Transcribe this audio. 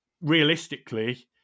realistically